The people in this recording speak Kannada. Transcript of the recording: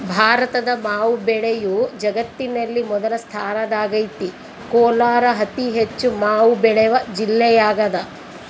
ಭಾರತದ ಮಾವು ಬೆಳೆಯು ಜಗತ್ತಿನಲ್ಲಿ ಮೊದಲ ಸ್ಥಾನದಾಗೈತೆ ಕೋಲಾರ ಅತಿಹೆಚ್ಚು ಮಾವು ಬೆಳೆವ ಜಿಲ್ಲೆಯಾಗದ